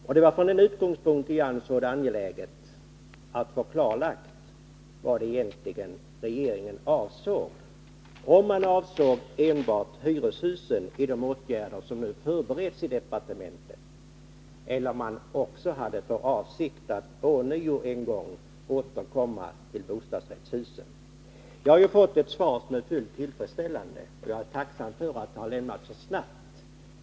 Och det var från den utgångspunkten jag fann det vara angeläget att få klarlagt vad regeringen egentligen avsåg — dvs. om det gällde de åtgärder som nu förbereds i departementet beträffande hyreshusen eller om man har för avsikt att än en gång återkomma till bostadsrättshusen. Jag har fått ett svar som är fullt tillfredsställande, och jag är tacksam för att det har lämnats så snabbt.